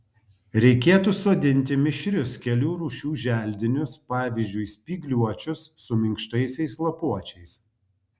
reikėtų sodinti mišrius kelių rūšių želdinius pavyzdžiui spygliuočius su minkštaisiais lapuočiais